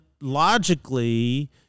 logically